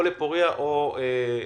או לפורייה או לזיו?